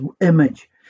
image